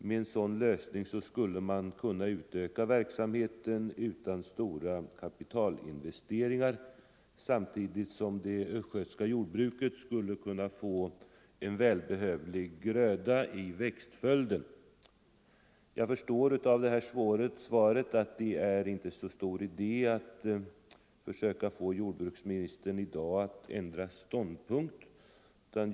Med en sådan lösning skulle man kunna utöka verksamheten utan stora kapitalinvesteringar samtidigt som det östgötska jordbruket skulle kunna få en välbehövlig gröda i växtföljden. Av svaret förstår jag att det inte är så stor idé att försöka få jordbruksministern att ändra ståndpunkt i dag.